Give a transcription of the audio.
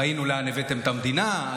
ראינו לאן הבאתם את המדינה.